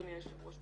אדוני היושב ראש,